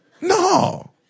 No